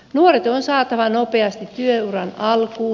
nuoret on saatava nopeasti työuran alkuun